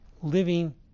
living